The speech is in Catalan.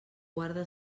guarda